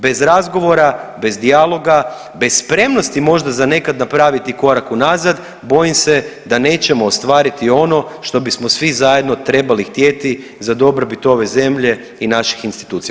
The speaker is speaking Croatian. Bez razgovora, bez dijaloga, bez spremnosti možda za nekad napraviti i korak unazad, bojim se da nećemo ostvariti ono što bismo svi zajedno trebali htjeti za dobrobit ove zemlje i naših institucija.